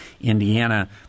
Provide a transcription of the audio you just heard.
Indiana